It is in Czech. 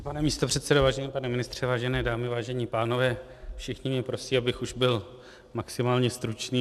Vážený pane místopředsedo, vážený pane ministře, vážené dámy, vážení pánové, všichni mě prosí, abych už byl maximálně stručný.